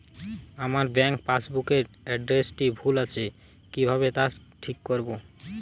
আমার bank passbook এর এড্রেসটি ভুল আছে কিভাবে তা ঠিক করবো?